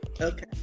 Okay